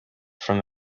from